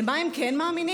למה הם כן מאמינים?